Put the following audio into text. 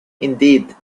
indeed